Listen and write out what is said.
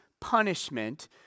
punishment